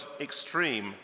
extreme